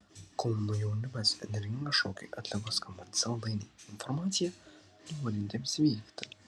kauno jaunimas energingą šokį atliko skambant sel dainai informacija norintiems vykti